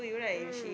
mm